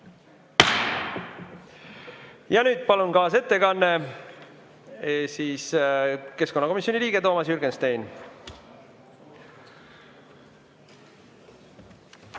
Ja nüüd palun kaasettekanne, keskkonnakomisjoni liige Toomas Jürgenstein.